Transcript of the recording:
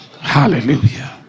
Hallelujah